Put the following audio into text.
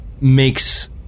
makes